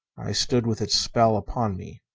i stood with its spell upon me.